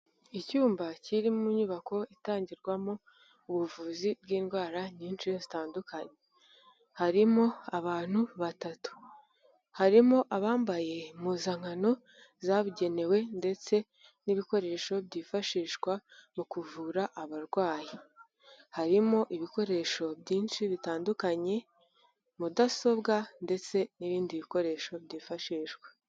Icyumba kiri mu nyubako, itangirwamo ubuvuzi bw'indwara nyinshi zitandukanye. harimo abantu batatu. Harimo abambaye impuzankano zabugenewe, ndetse n'ibikoresho byifashishwa mu kuvura abarwayi. Harimo ibikoresho byinshi bitandukanye, mudasobwa, ndetse n'ibindi bikoresho byifashishwa.